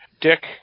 Dick